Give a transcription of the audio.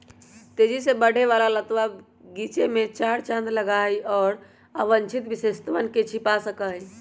तेजी से बढ़े वाला लतवा गीचे में चार चांद लगावा हई, और अवांछित विशेषतवन के छिपा सका हई